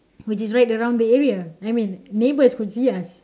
which is right around the area I mean neighbors could see us